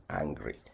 angry